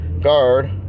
guard